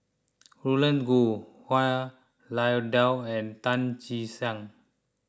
Roland Goh Han Lao Da and Tan Che Sang